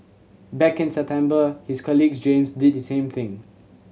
back in September his colleague James did the same thing